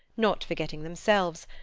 not forgetting themselves,